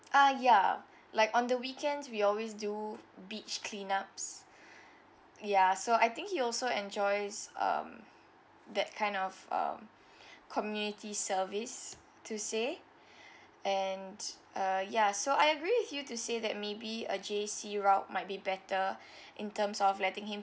uh ya like on the weekends we always do beach cleanups ya so I think he also enjoys um that kind of um community service to say and uh ya so I agreed with you to say that maybe a J_C route might be better in terms of letting him